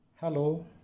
Hello